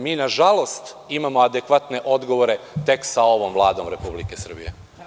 Mi, nažalost, imamo adekvatne odgovore tek sa ovom Vladom Republike Srbije.